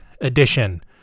edition